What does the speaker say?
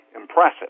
impressive